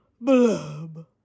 blub